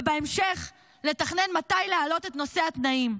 ובהמשך לתכנן מתי להעלות את נושא התנאים,